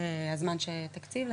זמן שתקציב לכך.